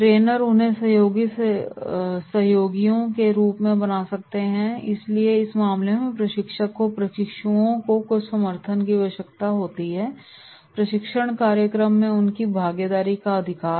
trainer उन्हें सहयोगी सहयोगियों के रूप में बना सकते हैं इसलिए इस मामले में प्रशिक्षक को प्रशिक्षुओं से कुछ समर्थन की आवश्यकता होती है प्रशिक्षण कार्यक्रम में उनकी भागीदारी का अधिकार